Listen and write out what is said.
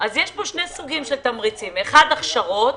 יש שני סוגים של תמריצים: הכשרות,